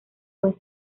buen